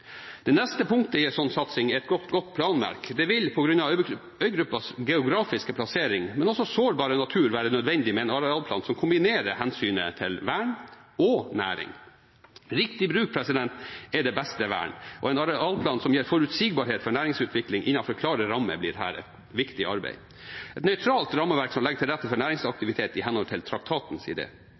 planverk. Det vil på grunn av øygruppas geografiske plassering, men også på grunn av dens sårbare natur, være nødvendig med en arealplan som kombinerer hensynet til vern og næring. Riktig bruk er det beste vern, og en arealplan som gir forutsigbarhet for næringsutvikling innenfor klare rammer, blir her et viktig arbeid – et nøytralt rammeverk som legger til rette for næringsaktivitet i henhold til traktatens